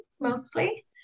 mostly